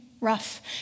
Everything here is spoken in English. Rough